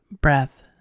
breath